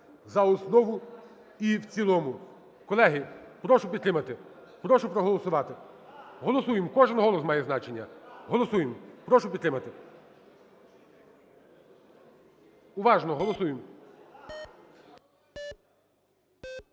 за основу і в цілому. Колеги, прошу підтримати. Прошу проголосувати. Голосуємо. Кожен голос має значення. Голосуємо. Прошу підтримати. Уважно! Голосуємо.